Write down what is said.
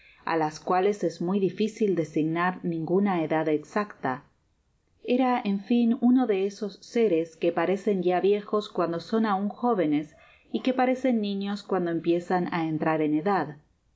á las cuales es muy difícil designar ninguna edad exacta era en fin uno de esos séres que parecen ya viejos cuando son aun jovenes y que parecen niños cuando empiezan á entrar en edad